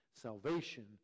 Salvation